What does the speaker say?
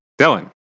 Dylan